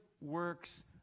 works